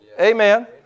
Amen